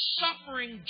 suffering